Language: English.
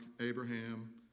Abraham